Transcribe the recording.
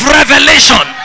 revelation